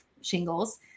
shingles